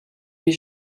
des